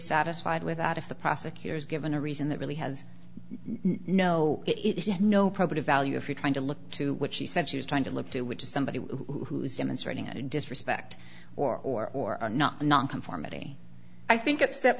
satisfied with that if the prosecutor is given a reason that really has no it had no property value if you're trying to look to what she said she was trying to look to which is somebody who is demonstrating a disrespect or or are not nonconformity i think at step